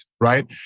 Right